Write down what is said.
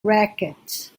racket